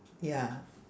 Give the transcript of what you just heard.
ya